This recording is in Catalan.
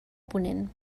ponent